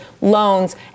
loans